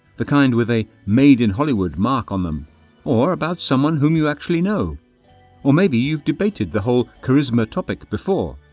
the kind with a made in hollywood mark on them or about someone whom you actually know or maybe you've debated the charisma topic before